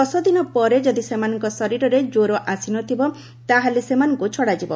ଦଶଦିନ ପରେ ଯଦି ସେମାନଙ୍କ ଶରୀରରେ କ୍ୱର ଆସିନଥିବ ତା'ହେଲେ ସେମାନଙ୍କୁ ଛଡ଼ାଯିବ